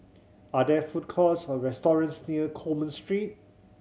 are there food courts or restaurants near Coleman Street